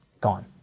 gone